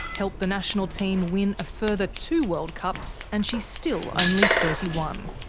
helped the national team win a further two world cups, and she's still only thirty one.